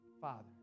Father